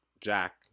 Jack